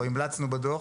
או המלצנו בדוח,